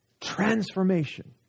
transformation